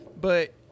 But-